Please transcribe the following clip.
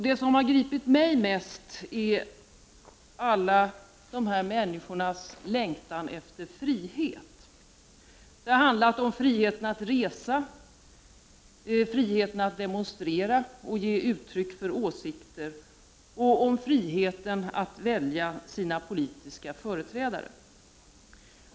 Det som har gripit mig mest är alla dessa människors längtan efter frihet. Det har handlat om friheten att resa, friheten att demonstrera och ge uttryck för åsikter och om friheten att välja sina politiska företrädare.